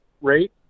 rate